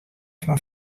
fan